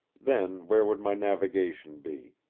then, where would my navigation be?